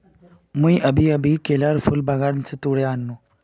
मुई अभी अभी केलार फूल बागान स तोड़े आन नु